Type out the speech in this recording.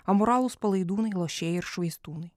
amoralūs palaidūnai lošėjai ir švaistūnai